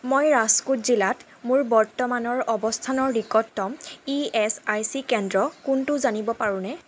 মই ৰাজকোট জিলাত মোৰ বৰ্তমানৰ অৱস্থানৰ নিকটতম ই এছ আই চি কেন্দ্ৰ কোনটো জানিব পাৰোঁনে